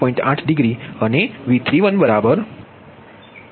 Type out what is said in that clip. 8 degree અને V31 બરાબર 1